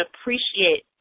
appreciate